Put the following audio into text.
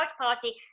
party